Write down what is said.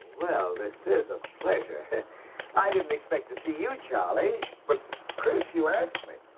well this is a pleasure i didn't expect to see you charlie but chris you asked me.